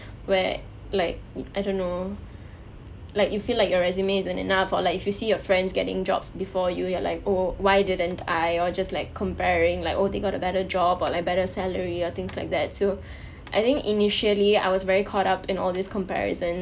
where like I don't know like you feel like your resume isn't enough or like if you see your friends getting jobs before you you're like oh why didn't I or just like comparing like oh they got a better job or like better salary or things like that so I think initially I was very caught up in all this comparison